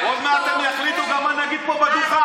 עוד מעט הם יחליטו גם מה נגיד פה בדוכן.